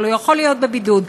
אבל הוא יכול להיות בבידוד.